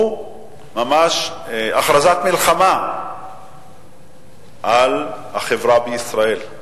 הוא ממש הכרזת מלחמה על החברה בישראל,